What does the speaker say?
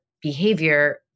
behavior